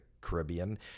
Caribbean